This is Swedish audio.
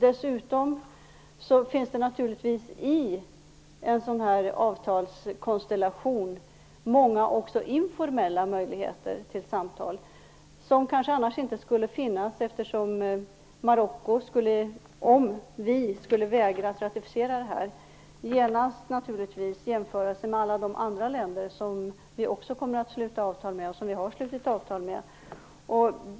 Dessutom finns det i en sådan här avtalskonstellation många informella möjligheter till samtal. De möjligheterna kanske inte skulle finnas annars eftersom Marocko - om vi vägrar att ratificera detta - genast skulle jämföra sig med alla andra länder som vi också kommer att sluta avtal med och som vi har slutit avtal med.